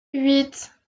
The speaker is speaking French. huit